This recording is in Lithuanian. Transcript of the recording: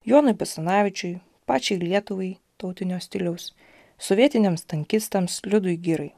jonui basanavičiui pačiai lietuvai tautinio stiliaus sovietiniams tankistams liudui girai